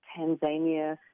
Tanzania